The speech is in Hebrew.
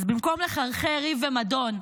אז במקום לחרחר ריב ומדון,